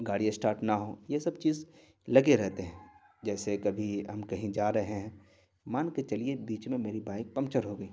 گاڑی اسٹاٹ نہ ہو یہ سب چیز لگے رہتے ہیں جیسے کبھی ہم کہیں جا رہے ہیں مان کے چلیے بیچ میں میری بائک پنکچر ہو گئی